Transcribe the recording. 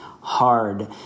Hard